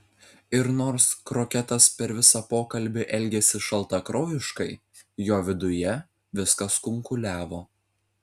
ir nors kroketas per visą pokalbį elgėsi šaltakraujiškai jo viduje viskas kunkuliavo